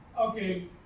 okay